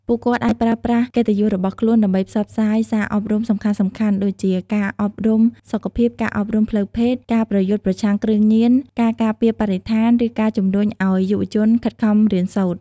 ពួកគាត់អាចប្រើប្រាស់កិត្តិយសរបស់ខ្លួនដើម្បីផ្សព្វផ្សាយសារអប់រំសំខាន់ៗ ដូចជាការអប់រំសុខភាព ការអប់រំផ្លូវភេទ ការប្រយុទ្ធប្រឆាំងគ្រឿងញៀន ការការពារបរិស្ថាន ឬការជំរុញឱ្យយុវជនខិតខំរៀនសូត្រ។